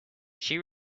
she